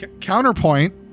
Counterpoint